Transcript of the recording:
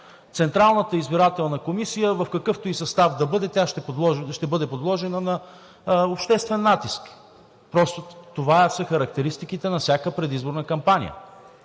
Централната избирателна комисия в какъвто и състав да бъде, ще бъде подложена на обществен натиск – просто това са характеристиките на всяка предизборна кампания.